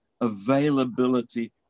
availability